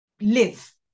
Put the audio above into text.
live